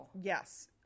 yes